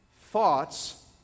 Thoughts